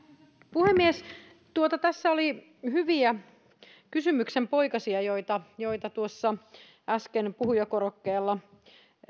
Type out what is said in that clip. puhemies tässä oli hyviä kysymyksenpoikasia joita joita tuossa äsken puhujakorokkeella